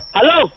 Hello